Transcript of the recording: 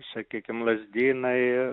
sakykim lazdynai